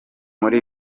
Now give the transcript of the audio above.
muri